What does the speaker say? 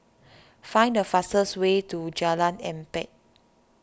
find the fastest way to Jalan Empat